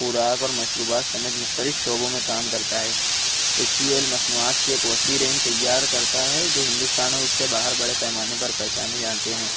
خوراک اور مشروبات سمیت مختلف شعبوں میں کام کرتا ہے ایکچول مصنوعات کے ایک وسیع رینج تیار کرتا ہے جو ہندوستان ہو یا اس سے باہر بڑے پیمانے پر پہچانے جاتے ہیں